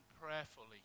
prayerfully